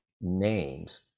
names